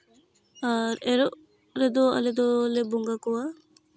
ᱟᱨ ᱮᱨᱚᱜ ᱨᱮᱫᱚ ᱟᱞᱮ ᱫᱚᱞᱮ ᱵᱚᱸᱜᱟ ᱠᱚᱣᱟ